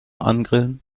angrillen